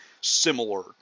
similar